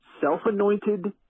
self-anointed